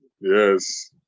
yes